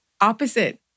Opposite